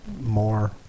more